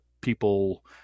people